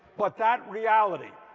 but that reality.